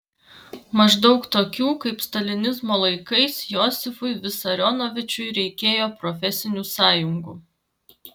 maždaug tokių kaip stalinizmo laikais josifui visarionovičiui reikėjo profesinių sąjungų